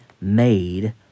made